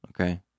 Okay